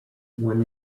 won